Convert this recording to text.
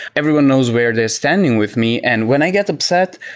everyone knows where they're standing with me, and when i get upset,